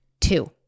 Two